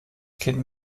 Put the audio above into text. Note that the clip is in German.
kind